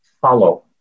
follow